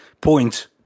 point